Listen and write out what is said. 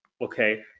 okay